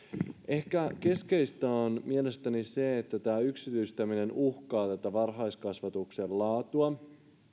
ehkä keskeistä on mielestäni se että yksityistäminen uhkaa varhaiskasvatuksen laatua